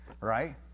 right